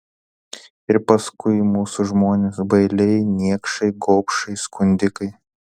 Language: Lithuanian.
ir paskui mūsų žmonės bailiai niekšai gobšai skundikai